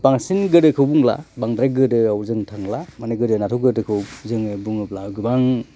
बांसिन गोदोखौ बुंब्ला बांद्राय गोदोआव जों थांला मानि गोदोनाथ' गोदोखौ जोङो बुङोब्ला गोबां